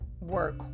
work